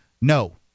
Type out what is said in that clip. No